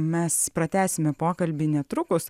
mes pratęsime pokalbį netrukus